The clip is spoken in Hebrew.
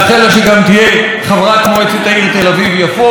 שגם תהיה חברת מועצת העיר תל אביב-יפו,